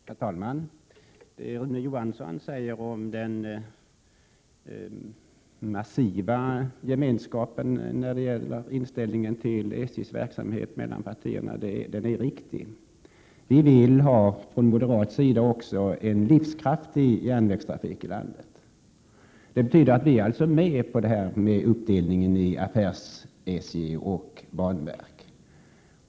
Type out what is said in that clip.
Herr talman! Det Rune Johansson sade om den massiva gemenskapen mellan partierna när det gäller inställningen till SJ:s verksamhet är riktig. Även från moderat sida vill vi ha en livskraftig järnvägstrafik i landet. Det betyder att vi således är med på att SJ delas upp i ett affärsverk och ett banverk.